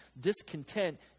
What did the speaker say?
discontent